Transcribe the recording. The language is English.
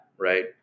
right